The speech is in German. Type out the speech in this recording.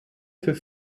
für